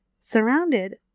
surrounded